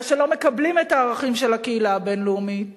אלא שלא מקבלים את הערכים של הקהילה הבין-לאומית,